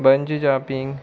bungee jumping